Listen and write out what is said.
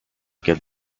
give